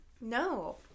no